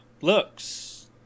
looks